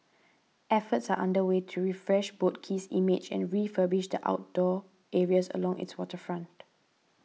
efforts are under way to refresh Boat Quay's image and refurbish the outdoor areas along its waterfront